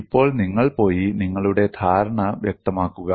ഇപ്പോൾ നിങ്ങൾ പോയി നിങ്ങളുടെ ധാരണ വ്യക്തമാക്കുക